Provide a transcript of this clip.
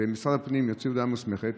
ומשרד הפנים יוציא הודעה מוסמכת: